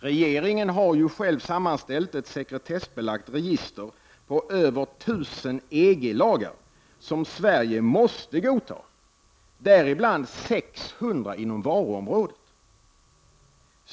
Regeringen har själv sammanställt ett sekretessbelagt register på över tusen EG-lagar som Sverige måste godta, däribland 600 inom varuområdet.